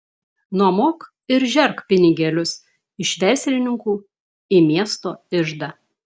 nuomok ir žerk pinigėlius iš verslininkų į miesto iždą